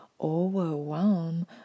overwhelm